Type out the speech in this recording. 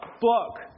block